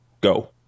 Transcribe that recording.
go